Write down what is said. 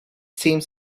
seems